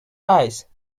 ice